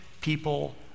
people